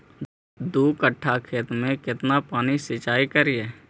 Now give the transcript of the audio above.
दू कट्ठा खेत में केतना पानी सीचाई करिए?